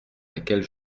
laquelle